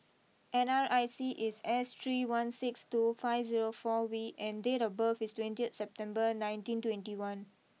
N R I C is S three one six two five zero four V and date of birth is twenty September nineteen twenty one